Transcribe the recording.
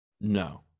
No